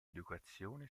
educazione